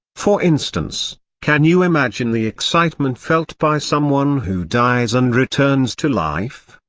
for instance can you imagine the excitement felt by someone who dies and returns to life?